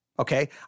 Okay